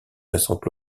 récente